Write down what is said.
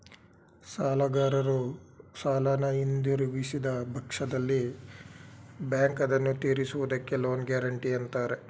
ಸಾಲಗಾರರು ಸಾಲನ ಹಿಂದಿರುಗಿಸಿದ ಪಕ್ಷದಲ್ಲಿ ಬ್ಯಾಂಕ್ ಅದನ್ನು ತಿರಿಸುವುದಕ್ಕೆ ಲೋನ್ ಗ್ಯಾರೆಂಟಿ ಅಂತಾರೆ